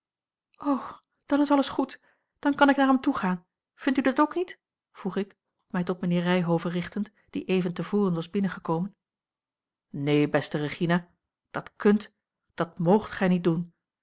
dan is alles goed dan kan ik naar hem toe gaan vind u dat ook niet vroeg ik mij tot mijnheer ryhove richtend die even te voren was binnengekomen neen beste regina dat kunt dat moogt gij niet doen